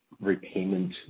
repayment